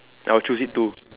I'll choose it too